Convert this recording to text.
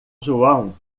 joão